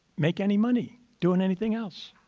make any money doing anything else.